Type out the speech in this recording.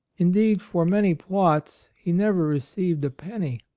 indeed for many plots he never received a penny.